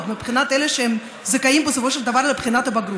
מבחינת אלה שזכאים בסופו של דבר לבגרות.